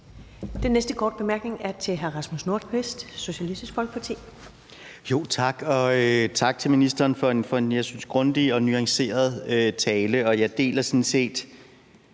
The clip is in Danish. Den næste korte bemærkning er til hr. Rasmus Nordqvist, Socialistisk Folkeparti. Kl. 15:13 Rasmus Nordqvist (SF): Tak. Og tak til ministeren for en, synes jeg, grundig og nuanceret tale, og jeg deler sådan set